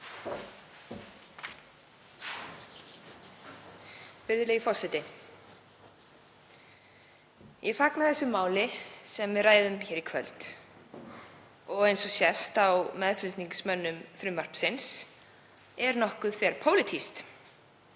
Virðulegi forseti. Ég fagna því máli sem við ræðum hér í kvöld. Eins og sést á meðflutningsmönnum frumvarpsins er það nokkuð þverpólitískt,